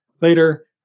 later